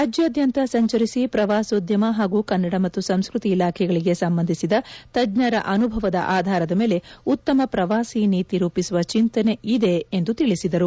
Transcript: ರಾಜ್ಯಾದ್ಯಂತ ಸಂಚರಿಸಿ ಪ್ರವಾಸೋದ್ಯಮ ಹಾಗೂ ಕನ್ನಡ ಮತ್ತು ಸಂಸ್ಕೃತಿ ಇಲಾಖೆಗಳಿಗೆ ಸಂಬಂಧಿಸಿದ ತಜ್ಞರ ಅನುಭವದ ಆಧಾರದ ಮೇಲೆ ಉತ್ತಮ ಪ್ರವಾಸಿ ನೀತಿ ರೂಪಿಸುವ ಚಿಂತನೆ ಇದೆ ಎಂದು ತಿಳಿಸಿದರು